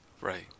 right